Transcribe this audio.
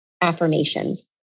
affirmations